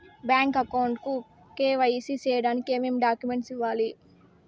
Bank account కు KYC సేయడానికి ఏమేమి డాక్యుమెంట్ ఇవ్వాలి?